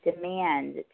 Demand